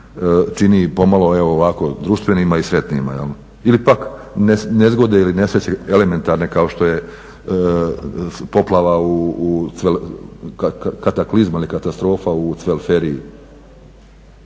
čini pomalo društvenima i sretnima. Ili pak nezgode ili nesreće elementarne kao što je poplava, kataklizma ili katastrofa u Cvelferiji,